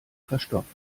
verstopft